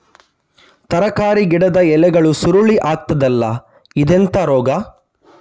ತರಕಾರಿ ಗಿಡದ ಎಲೆಗಳು ಸುರುಳಿ ಆಗ್ತದಲ್ಲ, ಇದೆಂತ ರೋಗ?